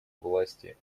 власти